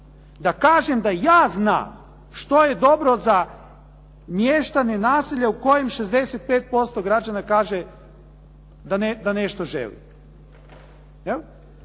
da kažem da ja znam što je dobro za mještane naselja u kojem 65% građana kaže da nešto želi.